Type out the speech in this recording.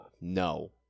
no